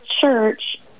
Church